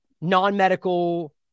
non-medical